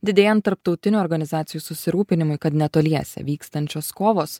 didėjant tarptautinių organizacijų susirūpinimui kad netoliese vykstančios kovos